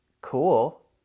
cool